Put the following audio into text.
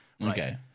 Okay